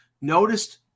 noticed